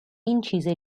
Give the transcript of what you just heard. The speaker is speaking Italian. incise